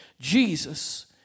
Jesus